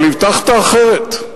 אבל הבטחת אחרת,